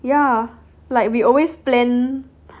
ya like we always plan